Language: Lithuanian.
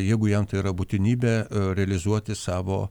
jeigu jam tai yra būtinybė realizuoti savo